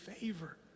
favor